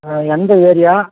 ஆ எந்த ஏரியா